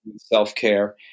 self-care